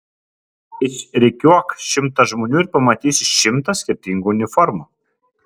išrikiuok šimtą žmonių ir pamatysi šimtą skirtingų uniformų